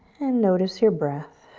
and notice your breath.